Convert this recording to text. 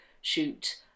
shoot